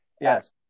Yes